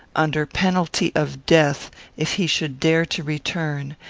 under penalty of death if he should dare to return,